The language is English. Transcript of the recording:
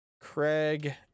Craig